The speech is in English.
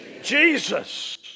Jesus